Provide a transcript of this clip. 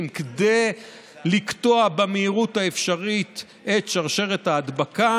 כדי לקטוע במהירות האפשרית את שרשרת ההדבקה.